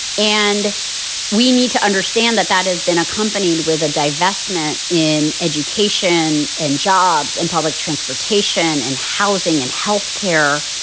and we need to understand that that has been accompanied with a divestment in education and jobs in public transportation and housing and health care.